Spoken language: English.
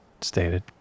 stated